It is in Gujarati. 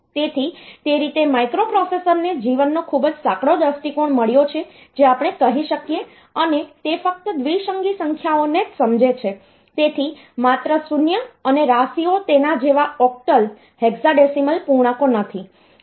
તેથી તે રીતે માઇક્રોપ્રોસેસરને જીવનનો ખૂબ જ સાંકડો દૃષ્ટિકોણ મળ્યો છે જે આપણે કહી શકીએ અને તે ફક્ત દ્વિસંગી સંખ્યાઓને જ સમજે છે તેથી માત્ર શૂન્ય અને રાશિઓ તેના જેવા ઓક્ટલ હેક્સાડેસિમલ પૂર્ણાંકો નથી